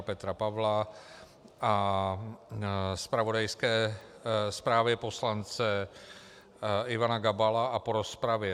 Ing. Petra Pavla a zpravodajské zprávě poslance Ivana Gabala a po rozpravě